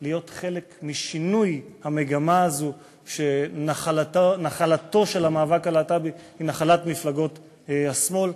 להיות חלק משינוי המגמה הזו שהמאבק הלהט"בי הוא נחלת מפלגות השמאל,